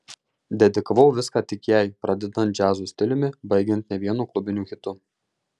dedikavau viską tik jai pradedant džiazo stiliumi baigiant ne vienu klubiniu hitu